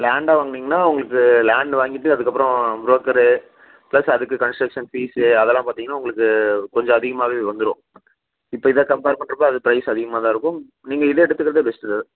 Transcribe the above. லேண்டாக வாங்குனீங்கன்னால் உங்களுக்கு லேண்டு வாங்கிட்டு அதுக்கப்புறம் ப்ரோக்கரு ப்ளஸ் அதுக்கு கன்ஸ்ட்ரக்ஷன் ஃபீஸு அதெல்லாம் பார்த்தீங்கன்னா உங்களுக்குக் கொஞ்சம் அதிகமாகவே வந்துடும் இப்போ இதை கம்பேர் பண்ணுறப்ப அது ப்ரைஸ் அதிகமாக தான் இருக்கும் நீங்கள் இதை எடுத்துக்கிறதே பெஸ்ட்டு சார்